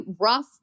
rough